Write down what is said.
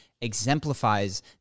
exemplifies